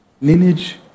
lineage